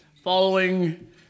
following